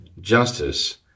justice